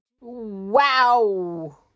Wow